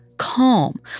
calm